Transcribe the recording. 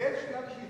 בין שנייה לשלישית.